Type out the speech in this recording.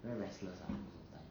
very restless lah after